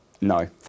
No